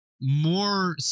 more